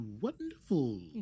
wonderful